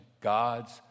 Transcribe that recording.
God's